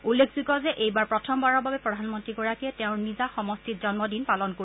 উল্লেখযোগ্য যে এইবাৰ প্ৰথমবাৰৰ বাবে প্ৰধানমন্ত্ৰীগৰাকীয়ে তেওঁৰ নিজ সমষ্টিত জন্মদিন পালন কৰিব